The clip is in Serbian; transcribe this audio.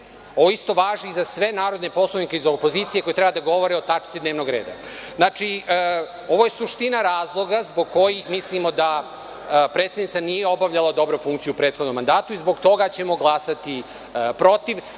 Ovo isto važi i za sve narodne poslanike iz opozicije koji treba da govore o tačci dnevnog reda. Znači, ovo je suština razloga zbog kojih mislimo da predsednica nije obavljala dobro funkciju u prethodnom mandatu i zbog toga ćemo glasati protiv.